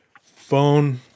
phone